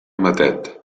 matet